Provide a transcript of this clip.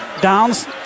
Downs